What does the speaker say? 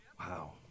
Wow